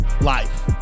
life